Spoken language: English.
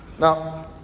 Now